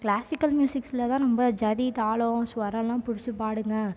classical மியூசிக்ல தான் நம்ம ஜதி தாளம் ஸ்வரலாம் பிடிச்சி பாடுங்கள்